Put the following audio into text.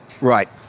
Right